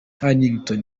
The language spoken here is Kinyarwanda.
hannington